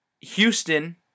Houston